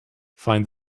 find